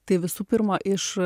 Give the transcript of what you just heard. tai visų pirma iš